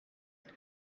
hari